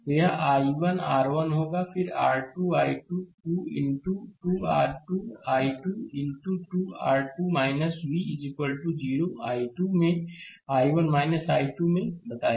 तो यह I1 R 1 होगा फिर r I2 2 into 2 r 2 I 2 into 2 R 2 v 0 I2 में I1 I2 में बताया